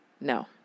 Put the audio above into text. No